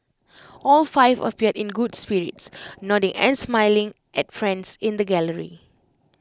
all five appeared in good spirits nodding and smiling at friends in the gallery